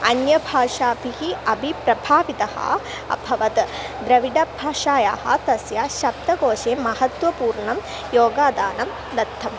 अन्यभाषाभिः अपि प्रभावितः अभवत् द्रविडभाषायाः तस्य शब्दकोशे महत्त्वपूर्णं योगादानं दत्तम्